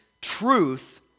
Truth